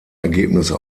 ergebnisse